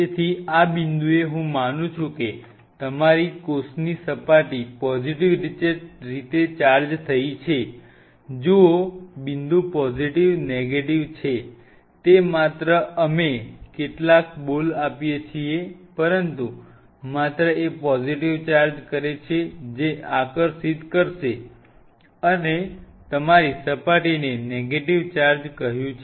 તેથી આ બિંદુએ હું માનું છું કે તમારી કોષની સપાટી પોઝિટીવ રીતે ચાર્જ થઈ છે જુઓ બિંદુ પોઝિટીવ નેગેટીવ છે તે માત્ર અમે કેટલાક બોલ આપીએ છીએ પરંતુ માત્ર એ પોઝિટિવ ચાર્જ કરે છે જે આકર્ષિત કરશે અને તમારી સપાટીને નેગેટીવ ચાર્જ કહ્યું છે